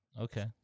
Okay